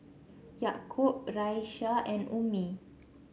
Yaakob Raisya and Ummi